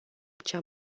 cea